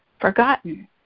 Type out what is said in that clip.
forgotten